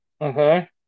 Okay